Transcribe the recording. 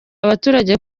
abaturage